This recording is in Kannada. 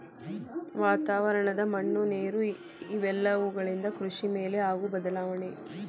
ವಾತಾವರಣ, ಮಣ್ಣು ನೇರು ಇವೆಲ್ಲವುಗಳಿಂದ ಕೃಷಿ ಮೇಲೆ ಆಗು ಬದಲಾವಣೆ